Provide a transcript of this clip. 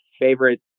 favorite